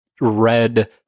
red